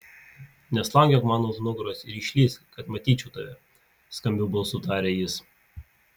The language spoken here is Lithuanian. neslankiok man už nugaros ir išlįsk kad matyčiau tave skambiu balsu tarė jis